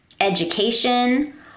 education